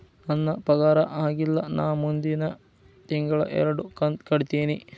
ನನ್ನ ಪಗಾರ ಆಗಿಲ್ಲ ನಾ ಮುಂದಿನ ತಿಂಗಳ ಎರಡು ಕಂತ್ ಕಟ್ಟತೇನಿ